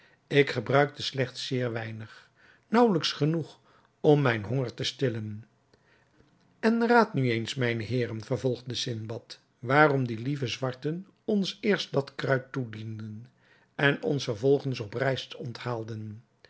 ik gebruikte slechts zeer weinig naauwelijks genoeg om mijn honger te stillen en raadt nu eens mijne heeren vervolgde sindbad waarom die lieve zwarten ons eerst dat kruid toedienden en ons vervolgens op rijst